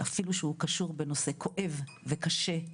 אפילו שהוא קשור בנושא כואב וקשה,